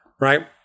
right